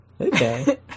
Okay